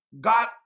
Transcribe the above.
God